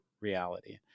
reality